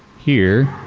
here.